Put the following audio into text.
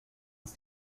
ist